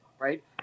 Right